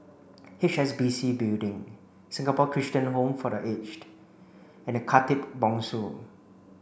H S B C Building Singapore Christian Home for The Aged and Khatib Bongsu